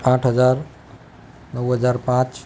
આઠ હજાર નવ હજાર પાંચ